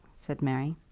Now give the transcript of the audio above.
said mary.